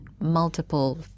multiple